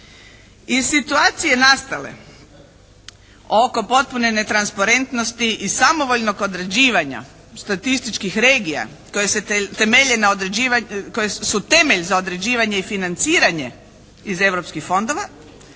Iz situacije nastale oko potpune netransparentnosti i samovoljnog određivanja statističkih regija koje su temelj za određivanje i financiranje iz europskih fondova